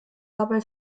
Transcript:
dabei